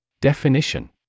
Definition